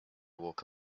walk